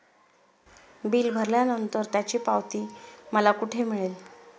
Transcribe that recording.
Bill भरल्यानंतर त्याची पावती मला कुठे मिळेल?